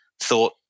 thought